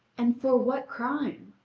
and for what crime?